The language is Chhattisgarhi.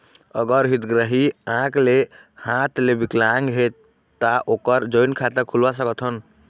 अगर हितग्राही आंख ले हाथ ले विकलांग हे ता ओकर जॉइंट खाता खुलवा सकथन?